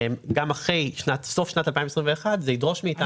גם אחרי סוף שנת 2021 זה ידרוש מאיתנו